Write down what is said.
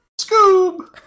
Scoob